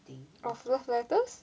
of love letters